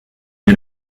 dès